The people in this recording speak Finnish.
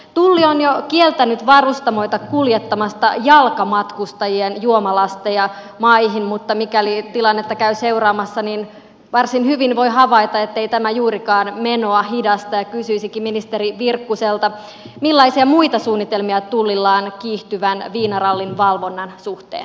tulli on jo kieltänyt varustamoita kuljettamasta jalkamatkustajien juomalasteja maihin mutta mikäli tilannetta käy seuraamassa varsin hyvin voi havaita ettei tämä juurikaan menoa hidasta ja kysyisinkin ministeri virkkuselta millaisia muita suunnitelmia tullilla on kiihtyvän viinarallin valvonnan suhteen